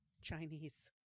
Chinese